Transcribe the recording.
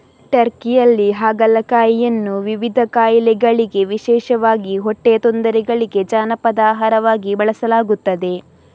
ಟರ್ಕಿಯಲ್ಲಿ ಹಾಗಲಕಾಯಿಯನ್ನು ವಿವಿಧ ಕಾಯಿಲೆಗಳಿಗೆ ವಿಶೇಷವಾಗಿ ಹೊಟ್ಟೆಯ ತೊಂದರೆಗಳಿಗೆ ಜಾನಪದ ಆಹಾರವಾಗಿ ಬಳಸಲಾಗುತ್ತದೆ